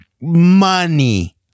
money